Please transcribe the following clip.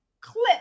clip